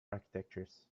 architectures